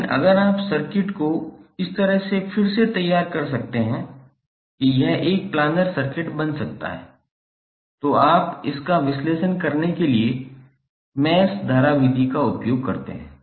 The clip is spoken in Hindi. लेकिन अगर आप सर्किट को इस तरह से फिर से तैयार कर सकते हैं कि यह एक प्लानर सर्किट बन सकता है तो आप इसका विश्लेषण करने के लिए मैश धारा विधि का उपयोग कर सकते हैं